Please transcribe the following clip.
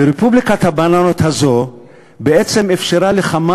ורפובליקת הבננות הזו בעצם אפשרה לכמה